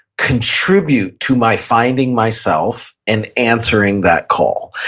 contribute to my finding myself and answering that call.